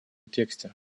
тексте